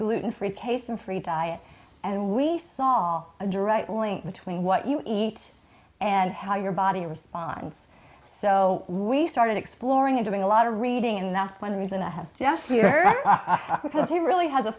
gluten free case and free diet and we saw a dry link between what you eat and how your body responds so we started exploring and doing a lot of reading and that's one reason i have just here because he really has a